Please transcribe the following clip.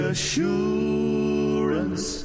Assurance